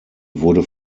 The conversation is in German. wurde